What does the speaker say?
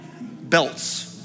belts